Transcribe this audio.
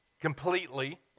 completely